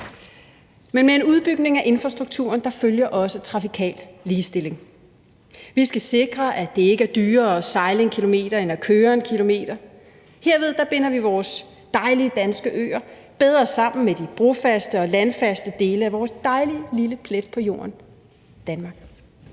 Men med en udbygning af infrastrukturen følger også trafikal ligestilling. Vi skal sikre, at det ikke er dyrere at sejle 1 km end at køre 1 km. Derved binder vi vores dejlige danske øer bedre sammen med de brofaste og landfaste dele af vores dejlige lille plet på jorden: Danmark.